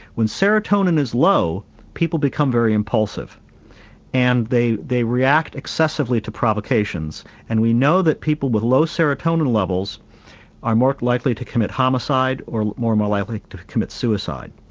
when serotonin is low people become very impulsive and they they react excessively to provocations and we know that people with low serotonin levels are more likely to commit homicide or more more likely to commit suicide.